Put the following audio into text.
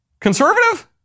conservative